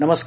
नमस्कार